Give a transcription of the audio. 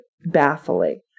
baffling